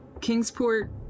Kingsport